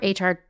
HR